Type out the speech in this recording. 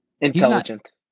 intelligent